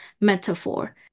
metaphor